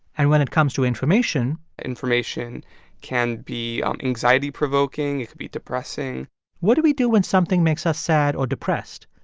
and when it comes to information. information can be um anxiety-provoking. it can be depressing what do we do when something makes us sad or depressed?